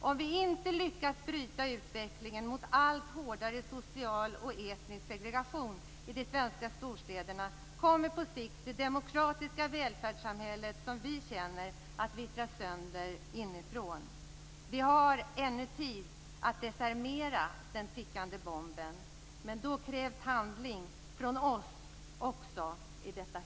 Om vi inte lyckas bryta utvecklingen mot allt hårdare social och etnisk segregation i de svenska storstäderna kommer på sikt det demokratiska välfärdssamhälle som vi känner att vittra sönder inifrån. Vi har ännu tid att desarmera den tickande bomben. Men då krävs handling också från oss i detta hus. Tack!